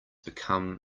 become